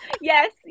yes